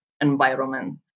environment